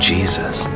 Jesus